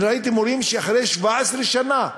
ראיתי מורים שאחרי 17 שנה,